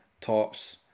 tops